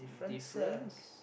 difference